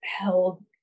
held